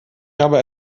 habe